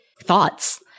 thoughts